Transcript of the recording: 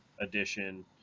Edition